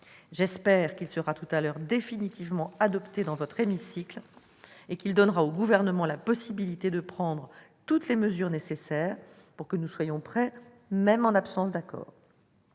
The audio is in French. J'espère que ce texte sera tout à l'heure définitivement adopté dans votre hémicycle, ce qui permettra au Gouvernement de prendre toutes les mesures nécessaires pour que nous soyons prêts, même en l'absence d'accord.